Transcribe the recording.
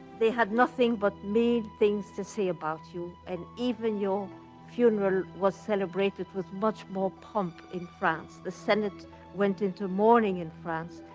they had nothing but mean things to say about you, and even your funeral was celebrated with much more pomp in france. the senate went into mourning in france.